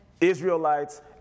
Israelites